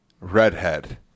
redhead